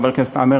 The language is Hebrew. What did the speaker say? חבר הכנסת עמאר,